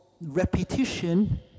repetition